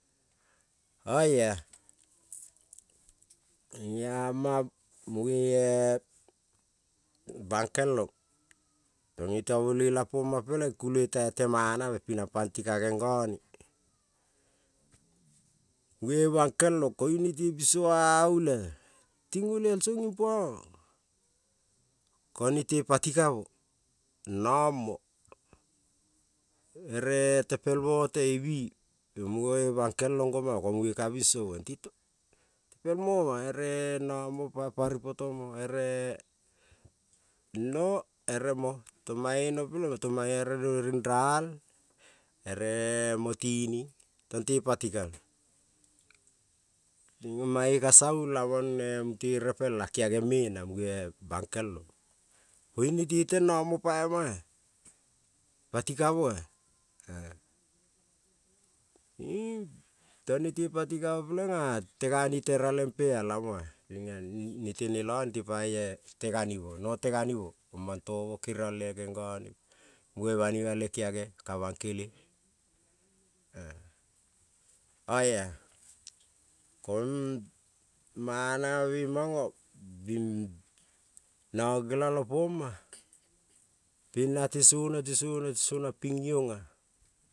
Oeia lemang munge bangkelong, koioto bolela pongma peleng kule tai temanave pina panti ka ngeng ngone, munge bangkelong koing nete piso aolial ting olial song impuongea, kenete pati kamo namo ere tepel moete ibi mungoe bankelong gongma ko munge ka binsomo, tepel moema ere namo pai pari potono ere no ere mo tong mang no peleng tong mange no re renral ere mo tining tongte pati kaong mange ka savung lamangne te repela kiage me na muge bankel-ong koing nete teng nam mo paimo, pati kamo tong nete pati kamo peleng-a tegan-ni te raleng pe-a lamo inge nete ne la nete pai-e teganimo no teganimo mana to-mo keriang le geng-gone, muge banima le kiage ka bankele oia koing manave be mongo bing nanga gelalo pom-ma, ping nate sona natesona natesona ping iong-a.